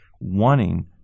wanting